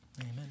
Amen